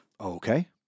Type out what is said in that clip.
Okay